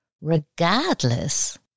regardless